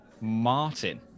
Martin